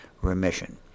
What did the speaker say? remission